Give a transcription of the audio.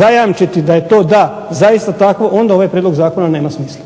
zajamčiti da je to da zaista tako onda ovaj prijedlog zakona nema smisla.